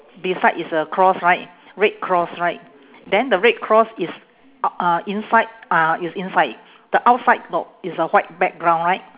beside is a cross right red cross right then the red cross is uh uh inside uh it's inside the outside no it's a white background right